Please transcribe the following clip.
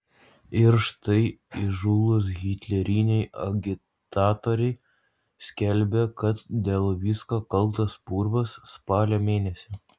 ir štai įžūlūs hitleriniai agitatoriai skelbia kad dėl visko kaltas purvas spalio mėnesį